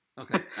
okay